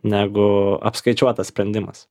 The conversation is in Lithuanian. negu apskaičiuotas sprendimas